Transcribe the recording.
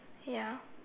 ya